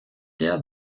der